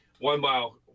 one-mile